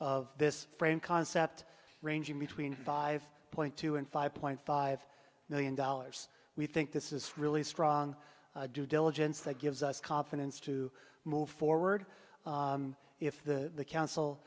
of this frame concept ranging between five point two and five point five million dollars we think this is really strong due diligence that gives us confidence to move forward if the